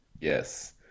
Yes